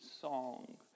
song